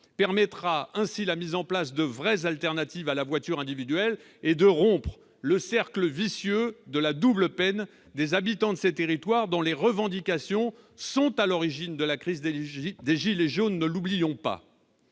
permettra la mise en place de vraies alternatives à la voiture individuelle et de rompre le cercle vicieux de la « double peine » des habitants de ces territoires, dont les revendications sont, ne l'oublions pas, à l'origine de la crise des « gilets jaunes ». C'est donc en